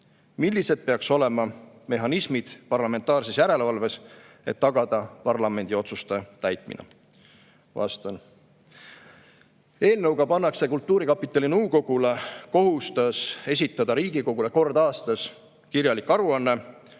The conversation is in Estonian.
Millised peaksid olema mehhanismid parlamentaarses järelevalves, et tagada parlamendi otsuse täitmine?" Eelnõuga pannakse kultuurkapitali nõukogule kohustus esitada Riigikogule kord aastas kirjalik aruanne